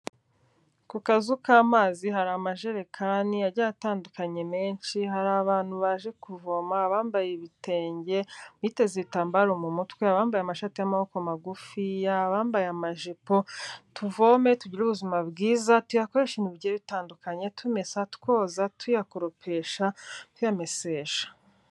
Ku kazu k'amazi hari amajerekani agiye atandukanye menshi, hari abantu baje kuvoma, abambaye ibitenge, abiteze ibitambaro mu mutwe, abambaye amashati y'amaboko magufiya, abambaye amajipo, tuvome tugire ubuzima bwiza, tuyakoreshe ibintu bigiye bitandukanye tumesa, twoza ibyombo, tuyakoropesha, tuyamesesha.